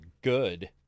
good